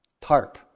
tarp